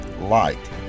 light